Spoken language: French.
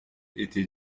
était